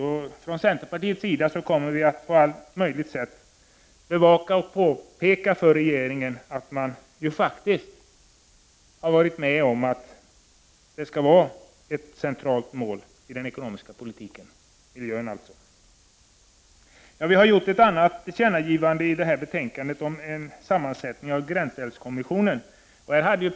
Vi från centerpartiet kommer på många olika sätt att påpeka för regeringen att den faktiskt har sagt att miljön skall vara ett centralt mål i den ekonomiska politiken. Utskottsmajoriteten har i detta betänkande föreslagit ett tillkännagivande till regeringen om gränsälvskommissionens sammansättning.